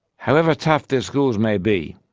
however tough their schools may be,